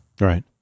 Right